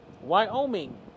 Wyoming